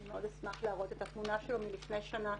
מאוד אשמח להראות את התמונה שלו מלפני שנה,